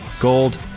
Gold